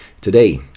Today